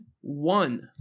one